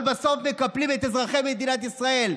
אבל בסוף מקפלים את אזרחי מדינת ישראל.